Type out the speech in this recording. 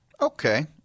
Okay